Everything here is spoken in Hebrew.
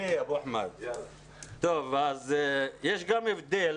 יש הבדל